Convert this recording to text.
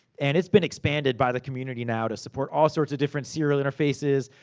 and it's been expanded by the community now, to support all sorts of different serial interfaces.